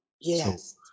yes